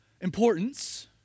importance